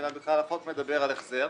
אלא בכלל החוק מדבר על החזר,